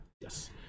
yes